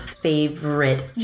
favorite